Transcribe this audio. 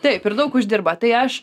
taip ir daug uždirba tai aš